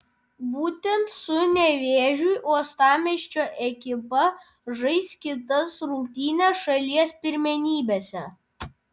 būtent su nevėžiu uostamiesčio ekipa žais kitas rungtynes šalies pirmenybėse